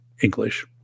English